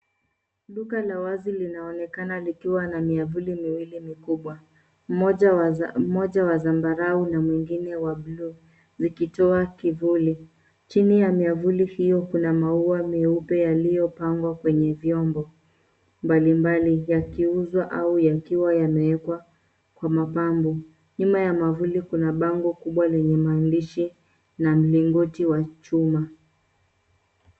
Duka la wazi linaonekana likiwa na miavuli miwili mikubwa; mmoja wa zambarau na mwingine wa buluu, zikitoa kivuli. Chini ya miavuli hiyo kuna maua meupe yaliyopangwa kwenye vyombo mbalimbali yakiuzwa au yakiwa yamewekwa kwa mapambo. Nyuma ya mwavuli kuna bango kubwa lenye maandishi na mlingoti wa chuma.